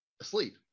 asleep